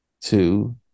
two